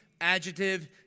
adjective